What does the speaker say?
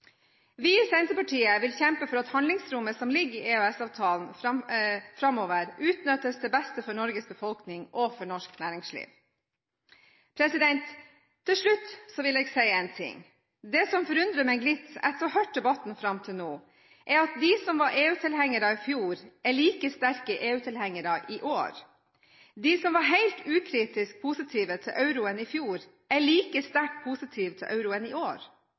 Vi i Senterpartiet vil kjempe for at handlingsrommet som ligger i EØS-avtalen, framover utnyttes til beste for Norges befolkning og norsk næringsliv. Til slutt vil jeg si én ting: Det som forundrer meg litt etter å ha hørt debatten fram til nå, er at de som var EU-tilhengere i fjor, er like sterke EU-tilhengere i år. De som var helt ukritisk positive til euroen i fjor, er like sterkt positive til euroen i år.